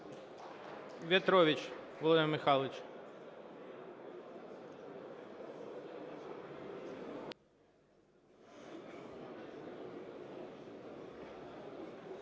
В'ятрович Володимир Михайлович.